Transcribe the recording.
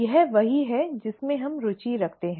यह वही है जिसमें हम रुचि रखते हैं